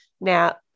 now